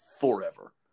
forever